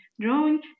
drawing